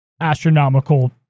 astronomical